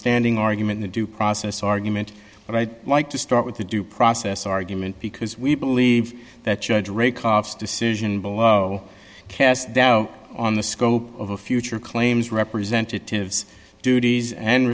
standing argument the due process argument but i'd like to start with the due process argument because we believe that judge ray coughs decision below cast doubt on the scope of a future claims representatives duties and